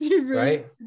right